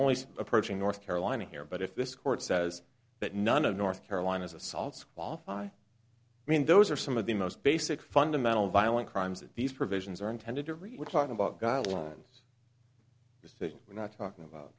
only approaching north carolina here but if this court says that none of north carolina's assaults qualify i mean those are some of the most basic fundamental violent crimes that these provisions are intended to read we're talking about guidelines just that we're not talking about